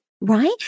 right